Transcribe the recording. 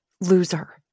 loser